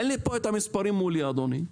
אין לי פה המספרים מולי, אדוני,